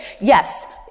Yes